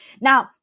Now